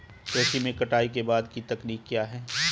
कृषि में कटाई के बाद की तकनीक क्या है?